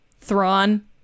Thrawn